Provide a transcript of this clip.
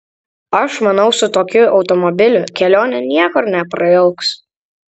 aš manau su tokiu automobiliu kelionė niekur neprailgs